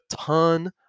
ton